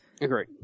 Agree